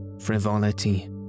frivolity